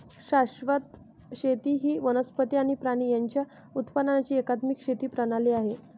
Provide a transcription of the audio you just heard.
शाश्वत शेती ही वनस्पती आणि प्राणी यांच्या उत्पादनाची एकात्मिक शेती प्रणाली आहे